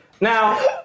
Now